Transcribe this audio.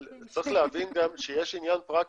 אבל צריך להבין גם שיש עניין פרקטי.